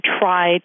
try